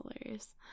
hilarious